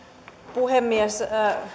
puhemies